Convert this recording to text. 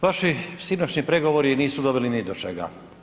Vaši sinoćnji pregovori nisu doveli ni do čega.